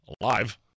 alive